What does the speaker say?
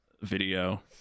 video